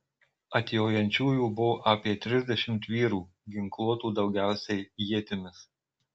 atjojančiųjų buvo apie trisdešimt vyrų ginkluotų daugiausiai ietimis